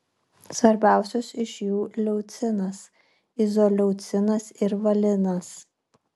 svarbiausios iš jų leucinas izoleucinas ir valinas